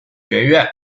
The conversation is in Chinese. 学院